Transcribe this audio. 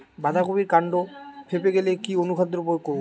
বাঁধা কপির কান্ড ফেঁপে গেলে কি অনুখাদ্য প্রয়োগ করব?